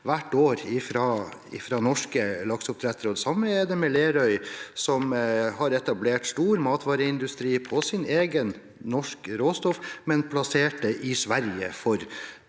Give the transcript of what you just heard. hvert år fra norske lakseoppdrettere. På samme måte er det med Lerøy, som har etablert stor matvareindustri på sitt eget norske råstoff, men plassert det i Sverige